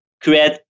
create